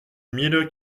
mille